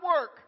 work